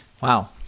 Wow